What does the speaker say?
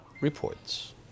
reports